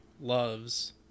loves